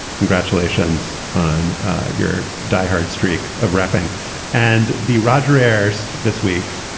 congratulations on your diehard streak of reffing and the roger ayres. this week,